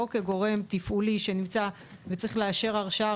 כגורם תפעולי שנמצא וצריך לאשר כל הרשאה.